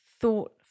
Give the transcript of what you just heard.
thought